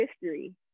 history